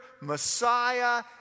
Messiah